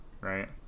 right